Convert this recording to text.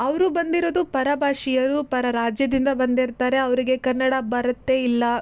ಅವರು ಬಂದಿರೋದು ಪರಭಾಷೀಯರು ಪರ ರಾಜ್ಯದಿಂದ ಬಂದಿರ್ತಾರೆ ಅವರಿಗೆ ಕನ್ನಡ ಬರುತ್ತೆ ಇಲ್ಲ